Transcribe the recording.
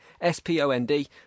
s-p-o-n-d